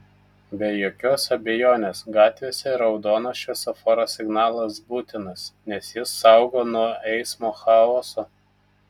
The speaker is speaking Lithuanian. be jokios abejonės gatvėse raudonas šviesoforo signalas būtinas nes jis saugo nuo eismo chaoso